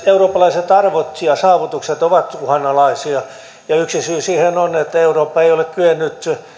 eurooppalaiset arvot ja saavutukset ovat uhanalaisia ja yksi syy siihen on että eurooppa ei ole kyennyt